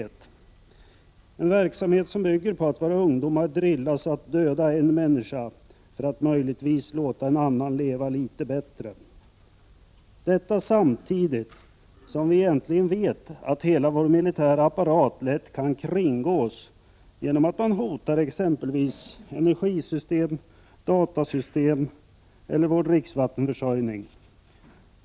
Det är en verksamhet som bygger på att våra ungdomar drillas att döda en människa för att möjligtvis låta en annan leva litet bättre — detta samtidigt som vi egentligen vet att hela vår militära apparat lätt kan kringgås genom att man hotar exempelvis energisystem, datorsystem eller vår dricksvattenförsörjning.